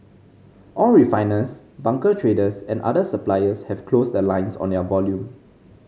all refiners bunker traders and other suppliers have closed the lines on their volume